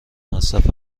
مصرف